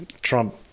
Trump